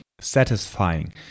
satisfying